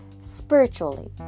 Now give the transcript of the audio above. spiritually